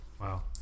Wow